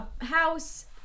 house